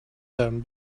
them